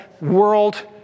world